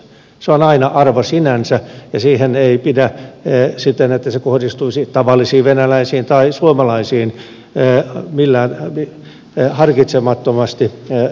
se on aina arvo sinänsä ja siihen ei pidä siten että se kohdistuisi tavallisiin venäläisiin tai suomalaisiin harkitsemattomasti ryhtyä